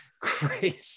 crazy